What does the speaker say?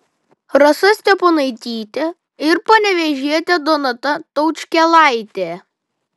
rasa steponaitytė ir panevėžietė donata taučkėlaitė